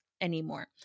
anymore